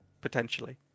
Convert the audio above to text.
potentially